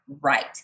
right